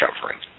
covering